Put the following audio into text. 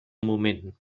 moment